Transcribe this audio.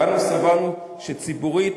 ואנו סברנו שציבורית